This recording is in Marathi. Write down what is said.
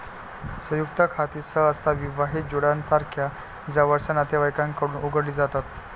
संयुक्त खाती सहसा विवाहित जोडप्यासारख्या जवळच्या नातेवाईकांकडून उघडली जातात